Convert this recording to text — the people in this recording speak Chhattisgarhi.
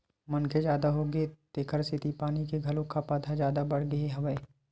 मनखे जादा होगे हे तेखर सेती पानी के घलोक खपत ह जादा बाड़गे गे हवय